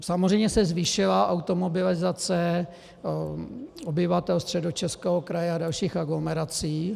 Samozřejmě se zvýšila automobilizace obyvatel Středočeského kraje a dalších aglomerací.